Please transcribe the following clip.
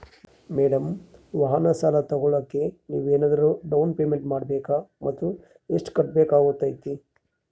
Madam ವಾಹನ ಸಾಲ ತೋಗೊಳೋಕೆ ನಾವೇನಾದರೂ ಡೌನ್ ಪೇಮೆಂಟ್ ಮಾಡಬೇಕಾ ಮತ್ತು ಎಷ್ಟು ಕಟ್ಬೇಕಾಗ್ತೈತೆ?